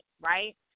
right